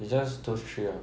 it's just those three ah